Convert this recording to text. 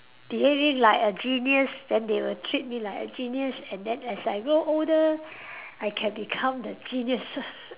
behaving like a genius then they will treat me like a genius and then as I grow older I can become the genius